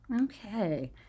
Okay